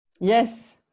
Yes